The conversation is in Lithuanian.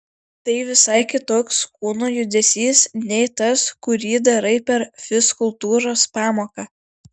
tai visai kitoks kūno judesys nei tas kurį darai per fizkultūros pamoką